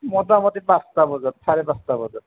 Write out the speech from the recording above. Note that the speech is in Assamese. মোটামুটি পাঁচটা বজাত চাৰে পাঁচটা বজাত